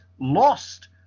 lost